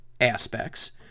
aspects